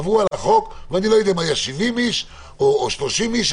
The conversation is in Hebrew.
עברו על החוק ואני לא יודע אם היו 70 איש או 30 איש,